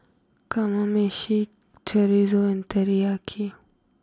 Kamameshi Chorizo and Teriyaki